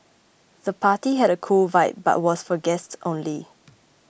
the party had a cool vibe but was for guests only